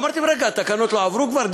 אמרתי, רגע, התקנות לא עברו כבר?